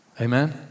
Amen